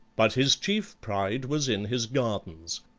but his chief pride was in his gardens,